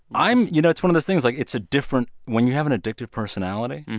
i'm you know, it's one of those things like, it's a different when you have an addictive personality,